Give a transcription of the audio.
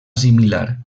similar